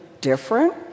different